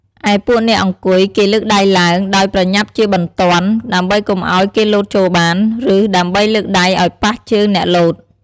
ឯពួកអ្នកអង្គុយគេលើកដៃឡើង ដោយប្រញាប់ជាបន្ទាន់ ដើម្បីកុំឲ្យគេលោតចូលបាន ឬដើម្បីលើកដៃឲ្យប៉ះជើងអ្នកលោត ។